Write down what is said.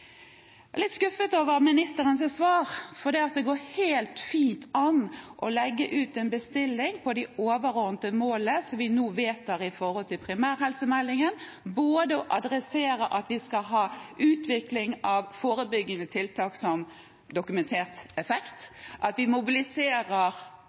litt skuffet over ministerens svar, for det går helt fint an å legge ut en bestilling på det overordnede målet som vi nå vedtar i forbindelse med primærhelsemeldingen, både å adressere at vi skal ha utvikling av forebyggende tiltak som dokumentert effekt, at vi mobiliserer